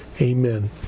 amen